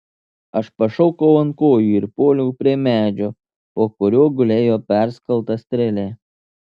aš pašokau ant kojų ir puoliau prie medžio po kuriuo gulėjo perskelta strėlė